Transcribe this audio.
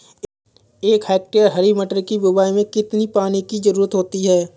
एक हेक्टेयर हरी मटर की बुवाई में कितनी पानी की ज़रुरत होती है?